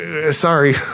sorry